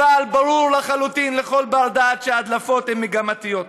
אבל ברור לחלוטין לכל בר-דעת שההדלפות הן מגמתיות.